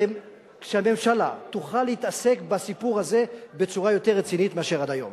כדי שהממשלה תוכל להתעסק בסיפור הזה בצורה יותר רצינית מאשר עד היום.